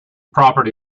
property